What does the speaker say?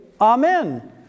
amen